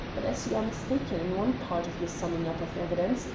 but as you are mistaken in one part of your summing-up of evidence,